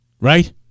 right